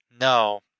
no